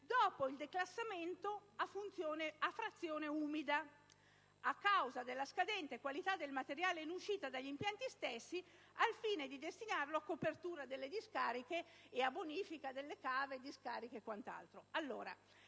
dopo il declassamento a "frazione umida" (CER 19.05.01) (...) a causa della scadente qualità del materiale in uscita dagli impianti stessi al fine di destinarlo a copertura delle discariche» e a bonifica delle cave, discariche e quanto altro,